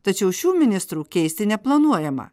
tačiau šių ministrų keisti neplanuojama